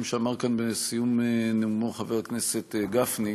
שאמר כאן בסיום נאומו חבר הכנסת גפני,